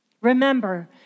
Remember